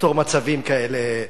לפתור מצבים כאלה,